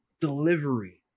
delivery